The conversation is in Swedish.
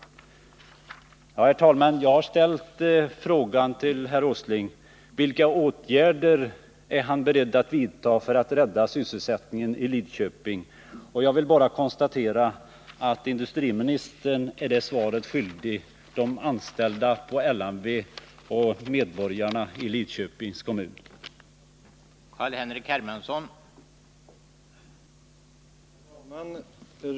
Herr talman! Jag har frågat herr Åsling vilka åtgärder han är beredd att vidta för att rädda sysselsättningen i Lidköping, och jag kan avslutningsvis bara konstatera att industriministern fortfarande är skyldig de anställda på LMV och medborgarna i Lidköpings kommun det svaret.